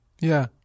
Yeah